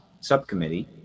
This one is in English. Subcommittee